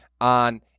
on